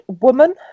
woman